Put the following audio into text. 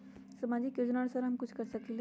सामाजिक योजनानुसार हम कुछ कर सकील?